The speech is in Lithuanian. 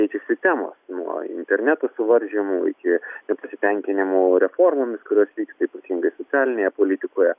keičiasi temos nuo interneto suvaržymų iki nepasitenkinimų reformomis kurios vyksta ypatingai socialinėje politikoje